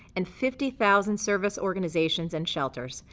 and fifty thousand service organizations and shelters.